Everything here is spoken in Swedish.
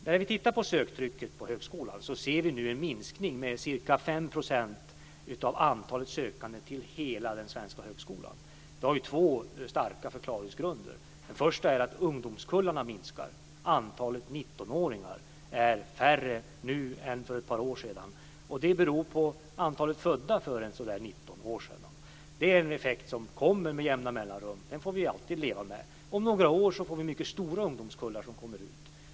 När vi tittar på söktrycket på högskolan ser vi nu en minskning med ca 5 % av antalet sökande till hela den svenska högskolan. Det har två starka förklaringsgrunder. Den första är att ungdomskullarna minskar. Antalet 19-åringar är färre nu än för ett par år sedan och det beror på antalet födda för så där 19 år sedan. Det är en effekt som kommer med jämna mellanrum. Den får vi alltid leva med. Om några år kommer mycket stora ungdomskullar ut.